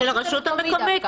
של הרשות המקומית.